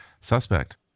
suspect